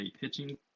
pitching